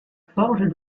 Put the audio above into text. forges